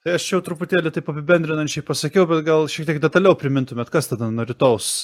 tai aš jau truputėlį taip apibendrinančiai pasakiau bet gal šiek tiek detaliau primintumėt kas tada nuo rytojaus